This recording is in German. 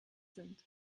sind